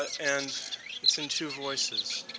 and it's in two voices.